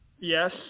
Yes